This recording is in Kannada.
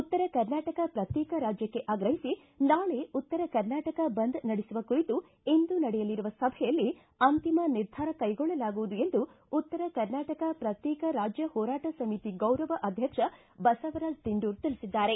ಉತ್ತರ ಕರ್ನಾಟಕ ಪ್ರತ್ಯೇಕ ರಾಜ್ಯಕ್ಕೆ ಆಗ್ರಹಿಸಿ ನಾಳೆ ಉತ್ತರ ಕರ್ನಾಟಕ ಬಂದ್ ನಡೆಸುವ ಕುರಿತು ಇಂದು ನಡೆಯಲಿರುವ ಸಭೆಯಲ್ಲಿ ಅಂತಿಮ ನಿರ್ಧಾರ ಕೈಗೊಳ್ಳಲಾಗುವುದು ಎಂದು ಉತ್ತರ ಕರ್ನಾಟಕ ಪ್ರಕ್ಷೇಕ ರಾಜ್ಯ ಹೋರಾಟ ಸಮಿತಿ ಗೌರವ ಅಧ್ಯಕ್ಷ ಬಸವರಾಜ ದಿಂಡೂರ ತಿಳಿಸಿದ್ದಾರೆ